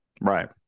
Right